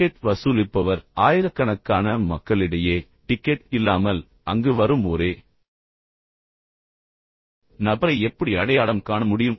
ticket வசூலிப்பவர் ஆயிரக்கணக்கான மக்களிடையே டிக்கெட் இல்லாமல் அங்கு வரும் ஒரே நபரை எப்படி அடையாளம் காண முடியும்